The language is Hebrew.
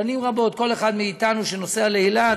שנים רבות, כל אחד מאתנו שנוסע לאילת